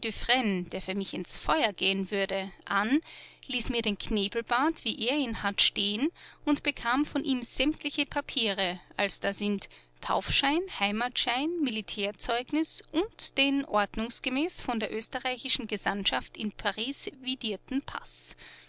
der für mich ins feuer gehen würde an ließ mir den knebelbart wie er ihn hat stehen und bekam von ihm sämtliche papiere als da sind taufschein heimatschein militärzeugnis und den ordnungsgemäß von der österreichischen gesandtschaft in paris vidierten paß